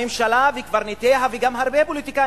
הממשלה וקברניטיה וגם הרבה פוליטיקאים